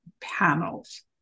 panels